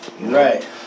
right